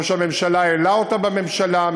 ראש הממשלה העלה אותה בממשלה,